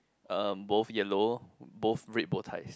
um both yellow both red bow ties